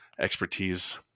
expertise